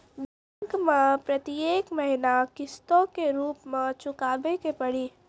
Bank मैं प्रेतियेक महीना किस्तो के रूप मे चुकाबै के पड़ी?